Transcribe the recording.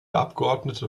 abgeordnete